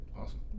Awesome